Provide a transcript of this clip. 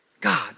God